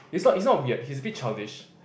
it's not it's not weird he's a bit childish